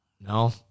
no